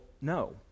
no